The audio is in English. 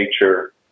nature